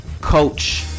coach